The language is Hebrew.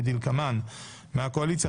כדלקמן: מהקואליציה,